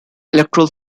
electoral